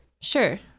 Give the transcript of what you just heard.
Sure